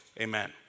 Amen